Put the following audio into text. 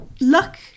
Luck